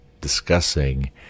discussing